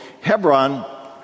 Hebron